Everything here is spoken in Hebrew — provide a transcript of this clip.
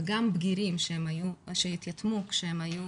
וגם בגירים שהתייתמו כשהם היו